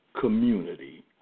community